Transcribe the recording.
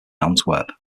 antwerp